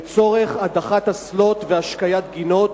לצורך הדחת אסלות והשקיית גינות.